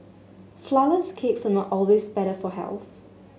flourless cakes are not always better for health